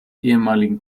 ehemaligen